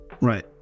Right